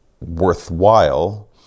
worthwhile